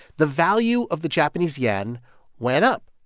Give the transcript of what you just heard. the value of the japanese yen went up.